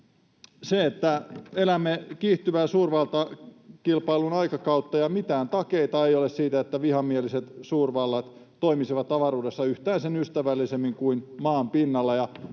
saralla. Elämme kiihtyvää suurvaltakilpailun aikakautta ja mitään takeita ei ole siitä, että vihamieliset suurvallat toimisivat avaruudessa yhtään sen ystävällisemmin kuin Maan pinnalla.